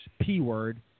P-word